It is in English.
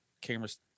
cameras